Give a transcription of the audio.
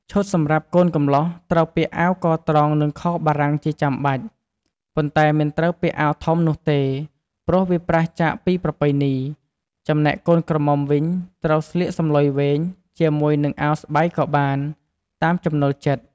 ឈុតសំរាប់កូនកំលោះ ត្រូវពាក់អាវកត្រង់និងខោបារាំងជាចាំបាច់ ប៉ុនែ្តមិនត្រូវពាក់អាវធំនោះទេ ព្រោះវាប្រាសចាកពីប្រពៃណី ចំណែកកូនក្រមុំវិញ ត្រូវស្លៀកសំឡុយវែង ជាមួយនឹងអាវស្បៃក៏បាន តាមចំណូលចិត្ត។